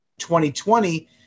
2020